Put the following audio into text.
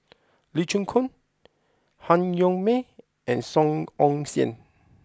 Lee Chin Koon Han Yong May and Song Ong Siang